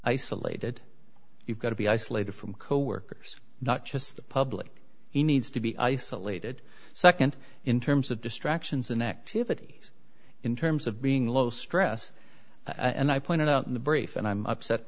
isolated you've got to be isolated from coworkers not just the public he needs to be isolated second in terms of distractions and activities in terms of being low stress and i pointed out in the brief and i'm upset